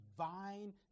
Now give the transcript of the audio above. divine